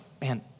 Man